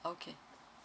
okay